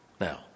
Now